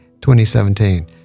2017